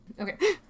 okay